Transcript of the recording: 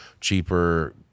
cheaper